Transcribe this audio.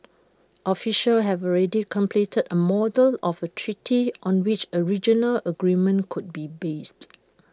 officials have already completed A model of A treaty on which A regional agreement could be based